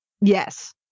Yes